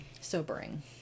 Sobering